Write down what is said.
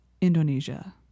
Indonesia